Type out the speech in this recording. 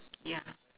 yeah